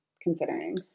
considering